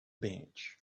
bench